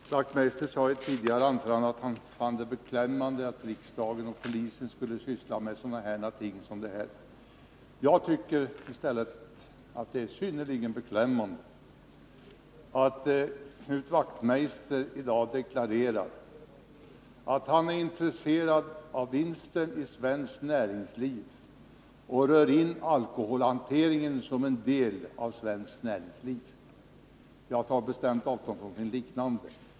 Fru talman! Knut Wachtmeister sade i ett tidigare anförande att han fann det beklämmande att riksdagen och polisen skulle syssla med sådana här ting. Jag tycker i stället att det är synnerligen beklämmande att Knut Wachtmeister i dag deklarerar att han är intresserad av vinsten i svenskt näringsliv ” och att han för in alkoholhanteringen som en del av svenskt näringsliv. Jag tar bestämt avstånd från någonting liknande.